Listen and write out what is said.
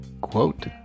quote